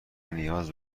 نیاز